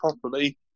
properly